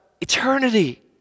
eternity